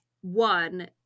one